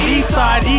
Eastside